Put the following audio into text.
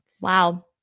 Wow